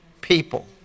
people